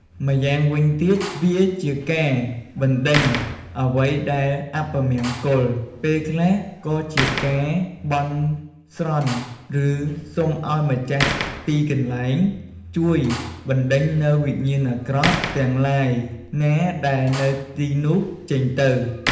ម្យ៉ាងវិញទៀត វាជាការបណ្ដេញអ្វីដែលអពមង្គល ពេលខ្លះក៏ជាការបន់ស្រន់ ឬសុំឲ្យម្ចាស់ទីកន្លែងជួយបណ្ដេញនូវវិញ្ញាណអាក្រក់ ទាំងឡាយណាដែលនៅទីនោះចេញទៅ។